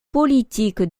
politique